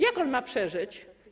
Jak on ma przeżyć?